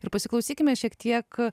ir pasiklausykime šiek tiek